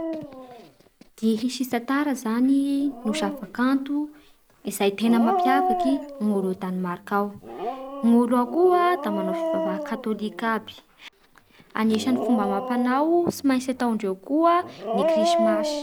Dihy sy ny tantara zany ny zava-kanto izay tena mampiavaky an'ireo a Danemarka ao, ny olo ao koa da manao fivavaha katôlika aby Anisan'y fomba amampanao tsy maintsy atao ndreo koa ny krismasy